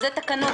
שזה תקנות,